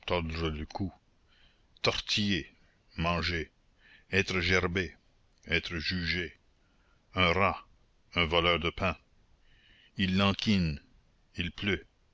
le cou tortiller manger être gerbé être jugé un rat un voleur de pain il lansquine il pleut